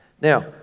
Now